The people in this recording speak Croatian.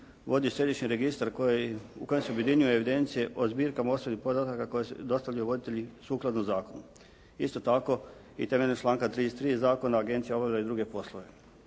vodi središnji registar koji, u kojem se objedinjuju evidencije o zbirkama osobnih podataka koje dostavljaju voditelji sukladno zakonu. Isto tako i temeljem članka 33. zakona agencije obavljaju i druge poslove.